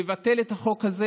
לבטל את החוק הזה.